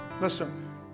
Listen